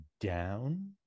down